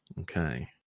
Okay